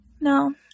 No